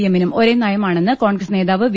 A മ്മിനും ഒരേ നയമാണെന്ന് കോൺഗ്രസ് നേതാവ് വി